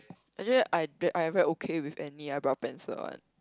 actually I I very okay with any eyebrow pencil one